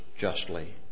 justly